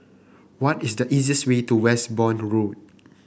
what is the easiest way to Westbourne Road